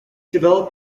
develop